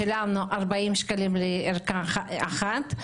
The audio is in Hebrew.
שילמנו 40 שקלים לערכה אחת.